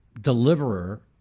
deliverer